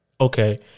okay